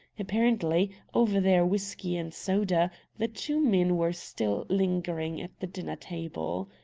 apparently, over their whiskey-and-soda the two men were still lingering at the dinner-table.